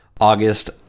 August